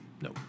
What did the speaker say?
No